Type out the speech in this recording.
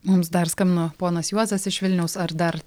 mums dar skambino ponas juozas iš vilniaus ar dar